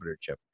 chip